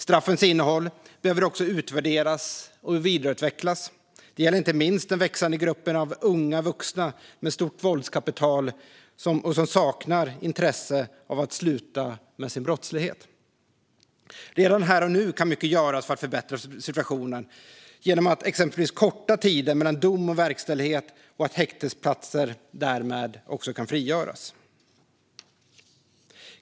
Straffens innehåll behöver också utvärderas och vidareutvecklas. Det gäller inte minst den växande gruppen unga vuxna med stort våldskapital som saknar intresse av att sluta med sin brottslighet. Redan här och nu kan mycket göras för att förbättra situationen genom att exempelvis korta tiden mellan dom och verkställighet. Därmed kan också häktesplatser frigöras.